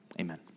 Amen